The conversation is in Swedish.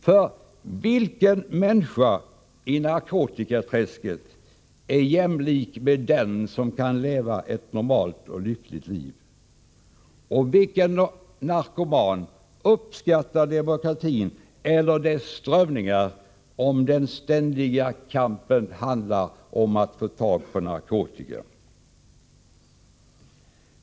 För vilken människa i narkotikaträsket är jämlik med den som kan leva ett normalt och lyckligt liv? Vilken narkoman uppskattar demokra tin eller dess strömningar, om den ständiga kampen handlar om att få tag på narkotika?